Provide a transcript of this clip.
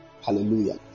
Hallelujah